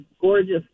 gorgeous